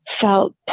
felt